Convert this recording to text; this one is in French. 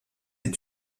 est